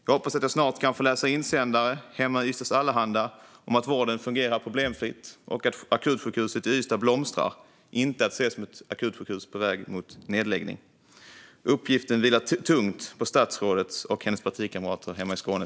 Jag hoppas att jag snart kan få läsa insändare hemma i Ystads Allehanda om att vården fungerar problemfritt och att akutsjukhuset i Ystad blomstrar, inte att det ses som ett akutsjukhus på väg mot nedläggning. Uppgiften vilar tungt på statsrådets axlar och på hennes partikamrater hemma i Skåne.